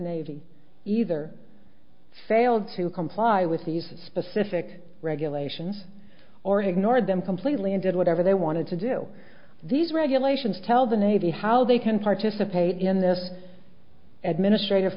navy either failed to comply with these specific regulations or ignored them completely and did whatever they wanted to do these regulations tell the navy how they can participate in this administrative